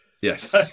Yes